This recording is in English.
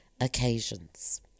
occasions